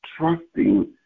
Trusting